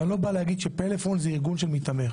אני לא בא להגיד שפלאפון זה ארגון שמתעמר.